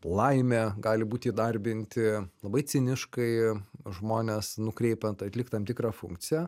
laimė gali būti įdarbinti labai ciniškai žmones nukreipiant atlikt tam tikrą funkciją